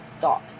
thought